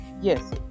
Yes